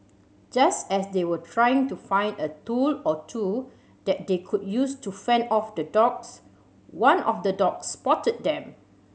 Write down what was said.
just as they were trying to find a tool or two that they could use to fend off the dogs one of the dogs spotted them